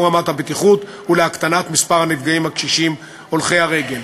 רמת הבטיחות ולהקטנת מספר הנפגעים הקשישים הולכי הרגל.